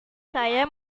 saya